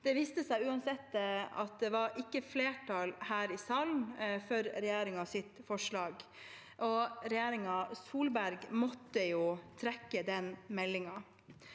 Det viste seg uansett at det ikke var flertall her i salen for regjeringens forslag, og regjeringen Solberg måtte trekke den meldingen.